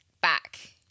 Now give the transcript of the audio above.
back